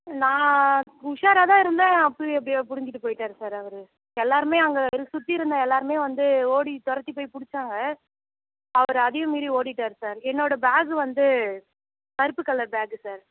நான் உஷாரா தான் இருந்தேன் அப்புறம் எப்படியோ பிடுங்கிட்டு போயிட்டாரு சார் அவரு எல்லாருமே அங்கே சுற்றி இருந்த எல்லாருமே வந்து ஓடி துறத்தி போய் பிடிச்சாங்க அவர் அதையும் மீறி ஓடிட்டாரு சார் என்னோடய பேக் வந்து கருப்பு கலர் பேகு சார்